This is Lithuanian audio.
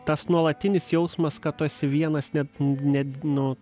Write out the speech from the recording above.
tas nuolatinis jausmas kad tu esi vienas net net nu